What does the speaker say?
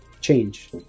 change